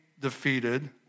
defeated